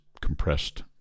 compressed